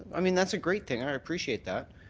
i mean, that's a great thing. i appreciate that.